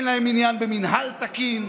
אין להם עניין במינהל תקין,